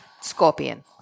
scorpion